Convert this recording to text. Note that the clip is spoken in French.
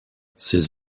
ses